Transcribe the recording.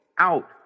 out